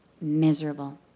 miserable